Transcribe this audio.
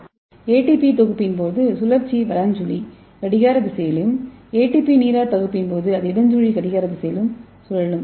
எனவே ஏடிபி தொகுப்பின் போது சுழற்சி வலன்சுழி கடிகார திசையிலும் ஏடிபி நீராற்பகுப்பின் போது அது இடன்சுழி கடிகார திசையில் சுழலும்